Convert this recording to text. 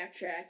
backtrack